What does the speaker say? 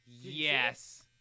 Yes